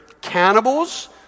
cannibals